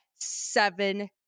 seven